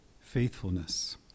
faithfulness